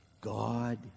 God